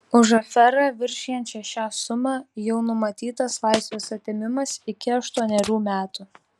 už aferą viršijančią šią sumą jau numatytas laisvės atėmimas iki aštuonerių metų